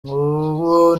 nguwo